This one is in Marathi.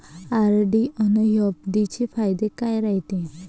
आर.डी अन एफ.डी चे फायदे काय रायते?